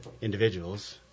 individuals